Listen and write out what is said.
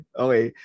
okay